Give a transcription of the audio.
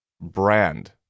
brand